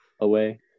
away